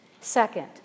Second